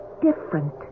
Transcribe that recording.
different